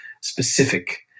specific